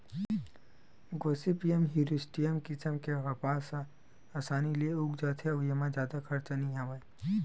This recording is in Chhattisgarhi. गोसिपीयम हिरस्यूटॅम किसम के कपसा ह असानी ले उग जाथे अउ एमा जादा खरचा नइ आवय